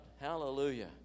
hallelujah